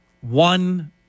one